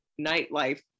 nightlife